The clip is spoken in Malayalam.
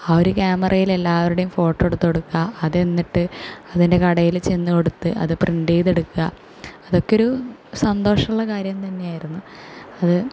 ആ ഒരു ഒറ്റ ക്യാമറയിൽ എല്ലാവരുടെയും ഫോട്ടോ എടുത്ത് കൊടുക്കുക അത് എന്നിട്ട് അതിൻ്റെ കടയിൽ ചെന്ന് കൊടുത്ത് അത് പ്രിൻറ്റ് ചെയ്തെടുക്കുക അതൊക്കെ ഒരു സന്തോഷമുള്ള കാര്യം തന്നെ ആയിരുന്നു അത്